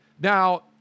Now